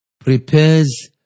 prepares